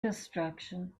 destruction